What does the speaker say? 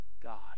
God